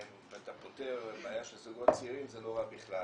אם אתה פותר בעיה של זוגות צעירים זה לא רע בכלל,